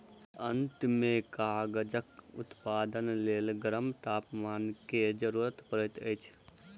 अंत में कागजक उत्पादनक लेल गरम तापमान के जरूरत पड़ैत अछि